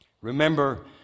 Remember